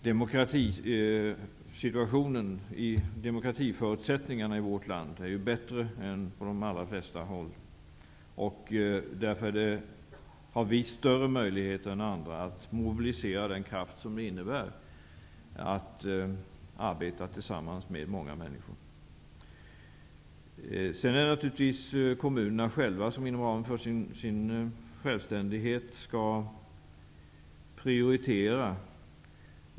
Demokratisituationen, demokratiförutsättningarna, i vårt land är ju bättre än som är fallet på de allra flesta håll. Därför har vi större möjligheter än andra att mobilisera den kraft som det är fråga om när man arbetar tillsammans med många människor. Naturligtvis skall kommunerna själva inom ramen för sin självständighet prioritera.